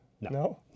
No